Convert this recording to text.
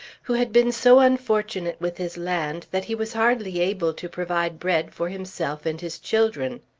who had been so unfortunate with his land that he was hardly able to provide bread for himself and his children.